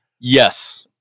yes